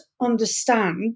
understand